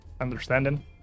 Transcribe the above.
understanding